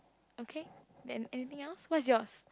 okay then anything else what's yours